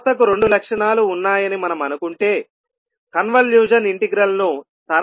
వ్యవస్థకు రెండు లక్షణాలు ఉన్నాయని మనం అనుకుంటే కన్వల్యూషన్ ఇంటిగ్రల్ ను సరళీకృతం చేయవచ్చు